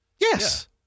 Yes